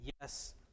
yes